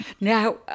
Now